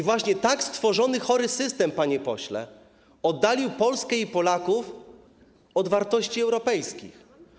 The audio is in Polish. Właśnie tak stworzony chory system, panie pośle, oddalił Polskę i Polaków od wartości europejskich.